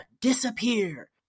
disappear